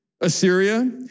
Assyria